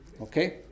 Okay